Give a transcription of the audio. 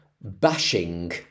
bashing